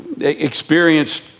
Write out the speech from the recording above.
experienced